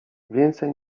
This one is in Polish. więcej